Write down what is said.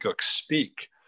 speak